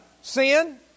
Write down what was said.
sin